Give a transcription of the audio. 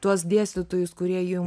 tuos dėstytojus kurie jum